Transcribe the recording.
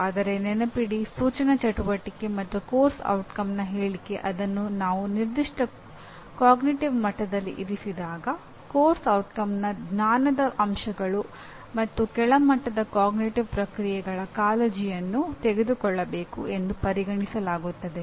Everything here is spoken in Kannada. ಆದರೆ ನೆನಪಿಡಿ ಸೂಚನಾ ಚಟುವಟಿಕೆ ಮತ್ತು ಪಠ್ಯಕ್ರಮದ ಪರಿಣಾಮದ ಹೇಳಿಕೆ ಅದನ್ನು ನಾನು ನಿರ್ದಿಷ್ಟ ಅರಿವಿನ ಮಟ್ಟದಲ್ಲಿ ಇರಿಸಿದಾಗ ಪಠ್ಯಕ್ರಮದ ಪರಿಣಾಮದ ಜ್ಞಾನದ ಅಂಶಗಳು ಮತ್ತು ಕೆಳಮಟ್ಟದ ಅರಿವಿನ ಪ್ರಕ್ರಿಯೆಗಳ ಕಾಳಜಿಯನ್ನು ತೆಗೆದುಕೊಳ್ಳಬೇಕು ಎಂದು ಪರಿಗಣಿಸಲಾಗುತ್ತದೆ